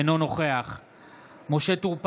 אינו נוכח משה טור פז,